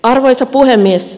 arvoisa puhemies